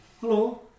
Hello